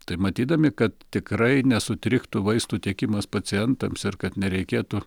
tai matydami kad tikrai nesutriktų vaistų tiekimas pacientams ir kad nereikėtų